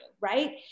right